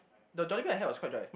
the Jollibee I had was quite dry